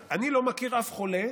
אני לא מכיר שום חולה